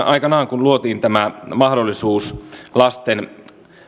aikanaan kun luotiin tämä mahdollisuus lasten